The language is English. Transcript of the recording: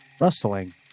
rustling